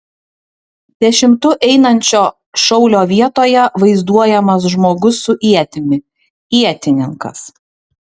dešimtu einančio šaulio vietoje vaizduojamas žmogus su ietimi ietininkas